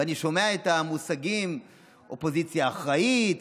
אני שומע את המושגים "אופוזיציה אחראית",